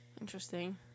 Interesting